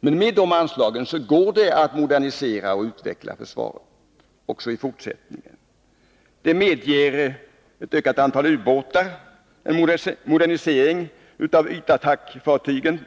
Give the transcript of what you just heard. Med de anslagen går det att modernisera och utveckla försvaret också i fortsättningen. De medger bl.a. ett ökat antal ubåtar, en modernisering av beväpningen på ytattackfartygen